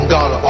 God